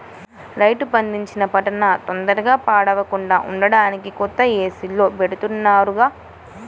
రైతు పండించిన పంటన తొందరగా పాడవకుండా ఉంటానికి కొత్తగా ఏసీల్లో బెడతన్నారుగా